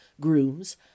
grooms